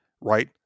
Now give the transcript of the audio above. right